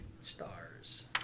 Stars